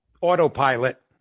autopilot